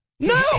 No